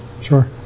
sure